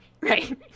right